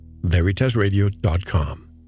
VeritasRadio.com